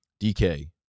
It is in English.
DK